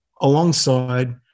alongside